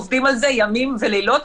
עובדים על זה ימים ולילות,